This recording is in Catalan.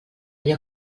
allò